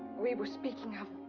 we were speaking of.